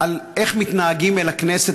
על איך מתנהגים אל הכנסת,